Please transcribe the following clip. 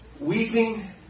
weeping